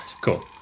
Cool